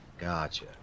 Gotcha